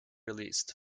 released